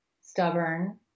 stubborn